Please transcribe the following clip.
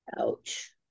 Ouch